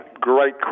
great